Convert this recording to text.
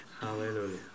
Hallelujah